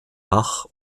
bach